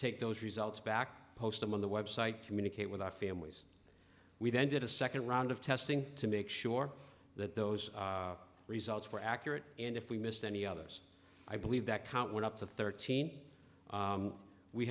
take those results back post them on the web site communicate with our families we then did a second round of testing to make sure that those results were accurate and if we missed any others i believe that count went up to thirteen